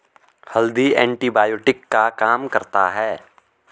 हल्दी एंटीबायोटिक का काम करता है